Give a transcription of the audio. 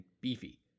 beefy